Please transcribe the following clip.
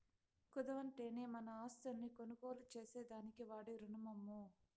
కుదవంటేనే మన ఆస్తుల్ని కొనుగోలు చేసేదానికి వాడే రునమమ్మో